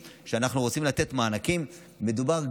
חבר הכנסת אבי מעוז, בבקשה, שלוש דקות לרשותך.